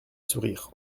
sourire